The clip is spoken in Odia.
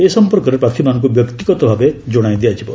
ଏ ସମ୍ପର୍କରେ ପ୍ରାର୍ଥୀମାନଙ୍କୁ ବ୍ୟକ୍ତିଗତ ଭାବେ ଜଣାଇ ଦିଆଯିବ